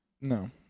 No